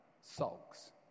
sulks